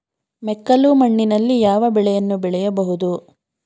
ಮೆಕ್ಕಲು ಮಣ್ಣಿನಲ್ಲಿ ಯಾವ ಬೆಳೆಯನ್ನು ಬೆಳೆಯಬಹುದು?